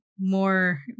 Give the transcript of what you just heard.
more